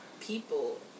People